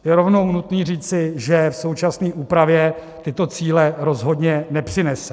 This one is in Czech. Je rovnou nutné říci, že v současné úpravě tyto cíle rozhodně nepřinese.